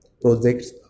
projects